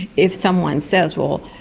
if someone says, well,